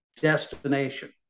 destination